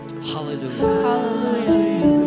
Hallelujah